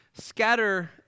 scatter